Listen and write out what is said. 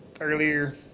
earlier